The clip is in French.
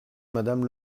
madame